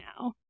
now